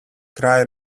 cry